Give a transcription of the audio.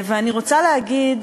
ואני רוצה להגיד